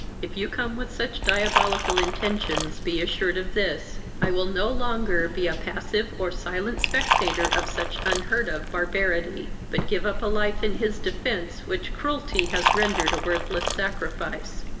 if you come with such diabolical intentions, be assured of this i will no longer be a passive or silent spectator of such unheard of barbarity, but give up a life in his defence which cruelty has rendered a worthless sacrifice.